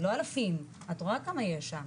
זה לא אלפים את רואה כמה יש שם